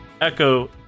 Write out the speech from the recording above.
Echo